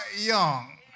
young